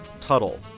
Tuttle